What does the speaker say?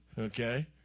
Okay